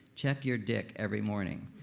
check your dick every morning.